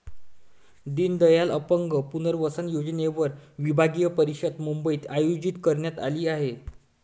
दीनदयाल अपंग पुनर्वसन योजनेवर विभागीय परिषद मुंबईत आयोजित करण्यात आली आहे